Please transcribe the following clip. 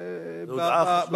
זו הודעה חשובה.